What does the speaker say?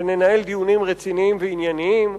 שננהל דיונים רציניים ועניינים.